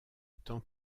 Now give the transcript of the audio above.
temps